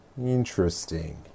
interesting